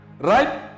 right